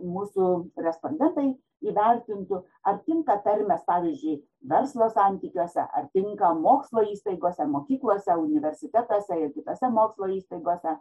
mūsų respondentai įvertintų ar tinka tarmės pavyzdžiui verslo santykiuose ar tinka mokslo įstaigose mokyklose universitetuose ir kitose mokslo įstaigose